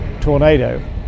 Tornado